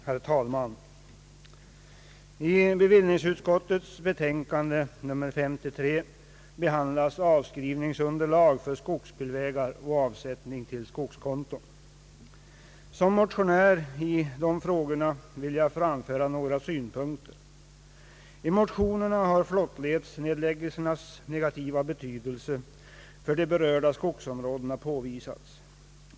Herr talman! I bevillningsutskottets betänkande nr 53 behandlas avskrivningsunderlag för skogsbilvägar och avsättning till skogskonto. Som motionär i dessa frågor vill jag framföra några synpunkter. | I motionerna har huvudflottledsnedläggelsernas negativa betydelse för de berörda skogsområdena påvisats.